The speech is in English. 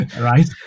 Right